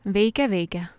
veikia veikia